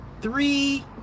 three